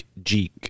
Jeek